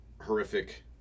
horrific